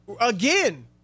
Again